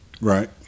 Right